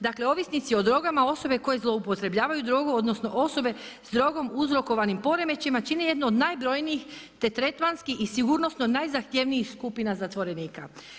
Dakle, ovisnici o drogama, osobe koje zloupotrebljavaju drogu, odnosno osobe s drogom uzrokovanim poremećajima čine jednu od najbrojnijih, te tretmanski i sigurnosno najzahtjevnijih skupina zatvorenika.